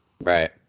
right